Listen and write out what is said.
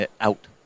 out